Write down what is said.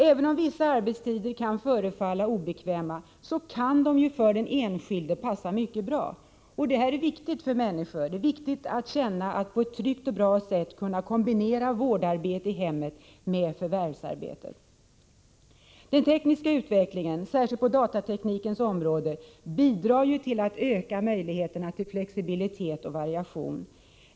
Även om vissa arbetstider kan förefalla obekväma, kan de för den enskilde passa mycket bra. Det är viktigt för människor att känna att de på ett tryggt och bra sätt kan kombinera vårdarbete i hemmet med förvärvsarbete. Den tekniska utvecklingen, särskilt på datateknikens område, bidrar till att öka möjligheterna till flexibilitet och variation.